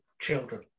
children